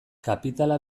kapitala